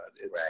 right